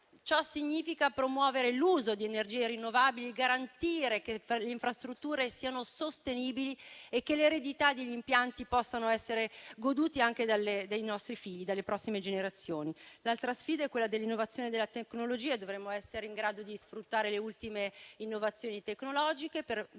Ciò significa promuovere l'uso di energie rinnovabili, garantire che le infrastrutture siano sostenibili e che l'eredità degli impianti possa essere goduta anche dai nostri figli, dalle prossime generazioni. L'altra sfida è quella dell'innovazione della tecnologia; dovremmo essere in grado di sfruttare le ultime innovazioni tecnologiche per migliorare